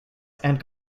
and